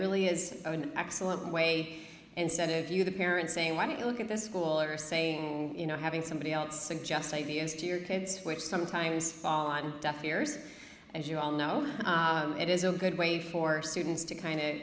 really is an excellent way instead of you the parents saying when you look at this school are saying you know having somebody else suggest ideas to your kids which sometimes fall on deaf ears as you all know it is a good way for students to kind of